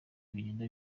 bigenda